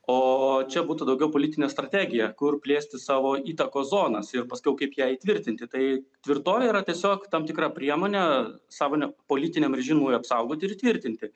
o čia būtų daugiau politinė strategija kur plėsti savo įtakos zonas ir paskiau kaip ją įtvirtinti tai tvirtovė yra tiesiog tam tikra priemonė savo ne politiniam režimui apsaugoti ir įtvirtinti